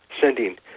sending